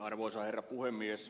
arvoisa herra puhemies